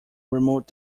remote